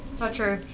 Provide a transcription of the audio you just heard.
touch her.